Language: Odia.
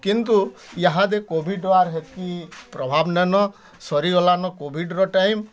କିନ୍ତୁ ଇହାଦେ କୋଭିଡ଼୍ର ହେତ୍କି ପ୍ରଭାବ ନାଇଁନ ସରିଗଲାନ୍ କୋଭିଡ଼୍ର ଟାଇମ୍